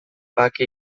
bake